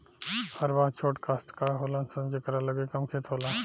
हरवाह छोट कास्तकार होलन सन जेकरा लगे कम खेत होला